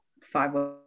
five